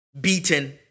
beaten